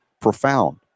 profound